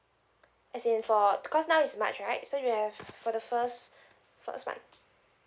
as in for c~ cause now is march right so you have for the first first month